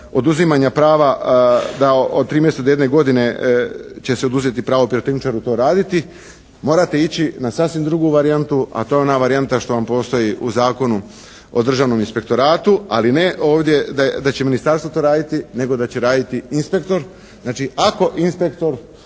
oduzimanja prava da od tri mjeseca do jedne godine će se oduzeti pravo pirotehničaru to raditi. Morate ići na sasvim drugu varijantu. A to je ona varijanta što vam postoji u Zakonu o državnom inspektoratu. Ali, ne ovdje da će ministarstvo to raditi, nego da će raditi inspektor. Znači, ako inspektor